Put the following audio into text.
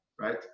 right